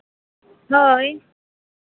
ᱦᱳᱭ